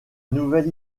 nouvelle